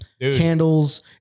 candles